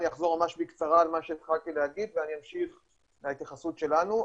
אני אחזור ממש בקצרה על מה שהתחלתי להגיד ואני אמשיך את ההתייחסות שלנו.